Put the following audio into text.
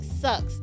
sucks